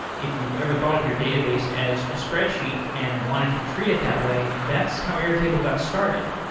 if you've ever thought of your database as a spreadsheet and wanted to treat it that way, that's how airtable got started.